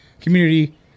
community